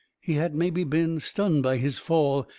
he had mebby been stunned by his fall,